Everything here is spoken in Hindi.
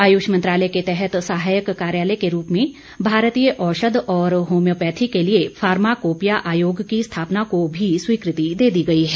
आयुष मंत्रालय के तहत सहायक कार्यालय के रूप में भारतीय औषध और होम्योपैथी के लिए फार्माकोपिया आयोग की स्थापना को भी स्वीकृति दे दी गई है